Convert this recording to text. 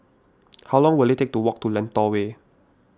how long will it take to walk to Lentor Way